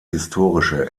historische